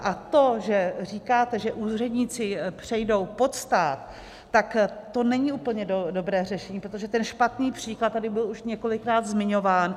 A to, že říkáte, že úředníci přejdou pod stát, tak to není úplně dobré řešení, protože ten špatný příklad tady byl už několikrát zmiňován.